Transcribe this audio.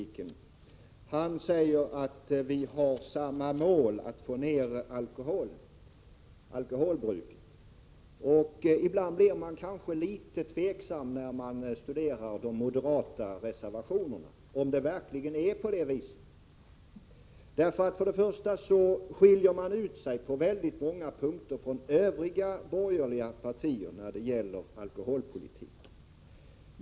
Han säger att vi har samma mål när det gäller att få ned alkoholkonsumtionen. När man studerar de moderata reservationerna undrar man om det som står i dem stämmer med detta påstående. Moderaternas uppfattningar om alkoholpolitiken skiljer sig på många punkter från de övriga borgerliga partiernas.